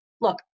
look